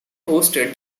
hosted